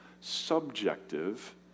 subjective